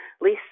Lisa